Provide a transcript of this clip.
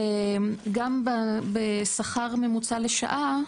גם בשכר ממוצע לשעה,